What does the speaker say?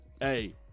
Hey